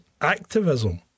activism